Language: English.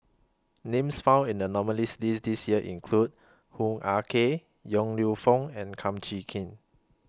Names found in The nominees' list This Year include Hoo Ah Kay Yong Lew Foong and Kum Chee Kin